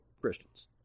Christians